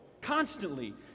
Constantly